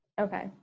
Okay